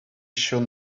shown